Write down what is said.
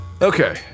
Okay